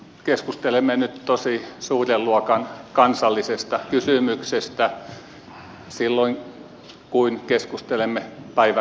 keskustelemme tosi suuren luokan kansallisesta kysymyksestä silloin kun keskustelemme päiväkodeista kouluista